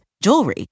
jewelry